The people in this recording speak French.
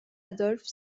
adolphe